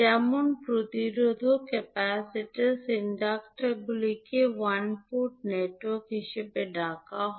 যেমন প্রতিরোধক ক্যাপাসিটারস ইন্ডাক্টরগুলিকে ওয়ান পোর্ট নেটওয়ার্ক হিসাবে ডাকা হয়